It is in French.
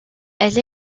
elle